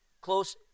close